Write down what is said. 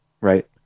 right